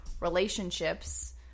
relationships